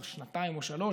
כבר שנתיים או שלוש.